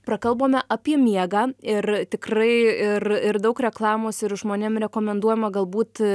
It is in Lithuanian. prakalbome apie miegą ir tikrai ir ir daug reklamos ir žmonėm rekomenduojama galbūt